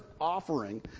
offering